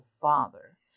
father